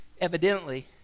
Evidently